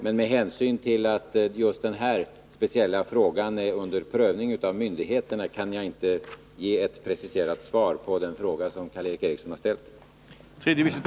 Men med hänsyn till att just den här speciella frågan är under prövning av myndigheterna kan jag inte ge ett preciserat svar på den fråga som Karl Erik Eriksson ställt.